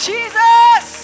Jesus